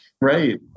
right